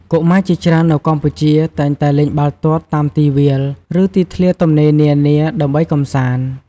កុមារជាច្រើននៅកម្ពុជាតែងតែលេងបាល់ទាត់តាមទីវាល ឬទីធ្លាទំនេរនានាដើម្បីកម្សាន្ត។